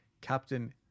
Captain